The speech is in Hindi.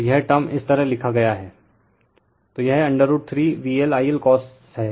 तो यह टर्म इस तरह लिखा गया है तो यह √ 3VLI Lcos है